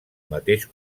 mateix